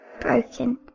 broken